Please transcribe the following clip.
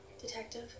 Detective